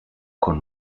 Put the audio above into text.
con